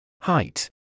height